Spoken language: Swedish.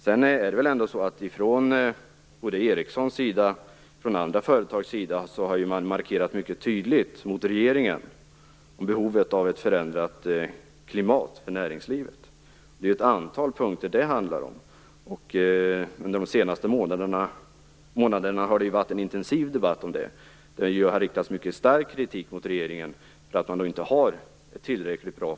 Sedan är det så att både Ericsson och andra företag mot regeringen har markerat mycket tydligt behovet av ett förändrat klimat för näringslivet. Det handlar om ett antal punkter. Under de senaste månaderna har det varit en intensiv debatt om det, där det har riktats mycket stark kritik mot regeringen för att företagsklimatet inte är tillräckligt bra.